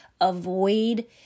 Avoid